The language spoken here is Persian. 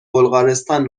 بلغارستان